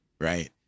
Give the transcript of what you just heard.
right